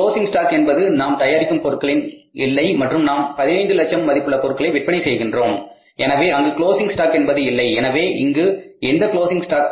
closing stock என்பது நாம் தயாரிக்கும் பொருட்களில் இல்லை மற்றும் நாம் 15 லட்சம் மதிப்புள்ள பொருட்களை விற்பனை செய்கின்றோம் எனவே அங்கு க்ளோஸிங் ஷ்டாக் என்பது இல்லை எனவே இங்கு எந்த க்ளோஸிங் ஷ்டாக்